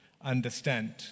Understand